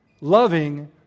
loving